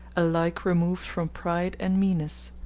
alike removed from pride and meanness.